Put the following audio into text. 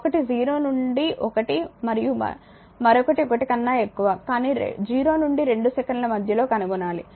ఒకటి 0 నుండి 1 మరియు మరొకటి 1 కన్నా ఎక్కువ కానీ 0 నుండి 2 సెకన్ల మధ్యలో కనుగొనాలి